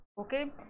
okay